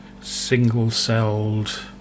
single-celled